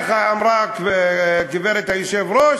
ואז, איך אמרה הגברת היושבת-ראש?